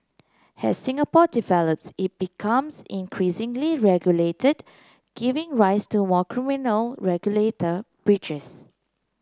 as Singapore develops it becomes increasingly regulated giving rise to more criminal regulator breaches